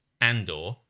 Andor